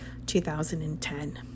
2010